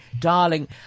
Darling